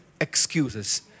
excuses